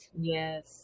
Yes